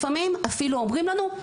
לפעמים אפילו אומרים לנו,